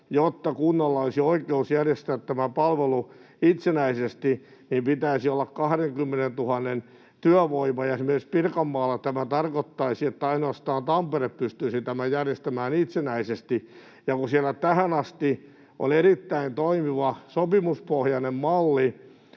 jotta kunnalla olisi oikeus järjestää tämä palvelu itsenäisesti, pitäisi olla 20 000:n työvoima, niin esimerkiksi Pirkanmaalla tämä tarkoittaisi, että ainoastaan Tampere pystyisi tämän järjestämään itsenäisesti. Kun siellä tähän asti oli kuntien välillä erittäin toimiva sopimuspohjainen malli,